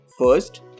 First